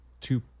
two